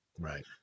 right